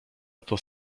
oto